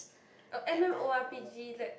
uh M M_O_R_P_G let